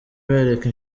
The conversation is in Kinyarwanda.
bareka